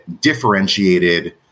differentiated